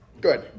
Good